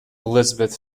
elizabeth